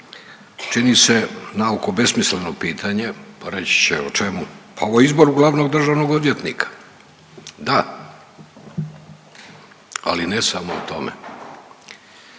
Čini se naoko besmisleno pitanje, pa reći će o čemu, pa o izboru glavnog državnog odvjetnika. Da, ali ne samo o tome.